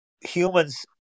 humans